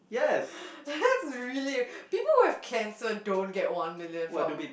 that's really people would have cancelled don't get one million from